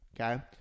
Okay